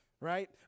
Right